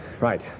Right